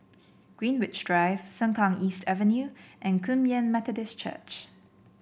Greenwich Drive Sengkang East Avenue and Kum Yan Methodist Church